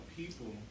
people